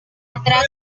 atraco